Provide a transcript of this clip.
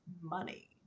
money